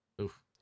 Oof